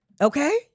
Okay